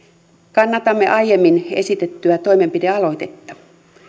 kannatamme aiemmin esitettyä toimenpidealoitetta